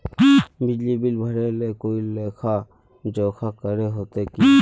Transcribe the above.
बिजली बिल भरे ले कोई लेखा जोखा करे होते की?